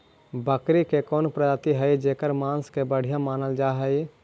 बकरी के कौन प्रजाति हई जेकर मांस के बढ़िया मानल जा हई?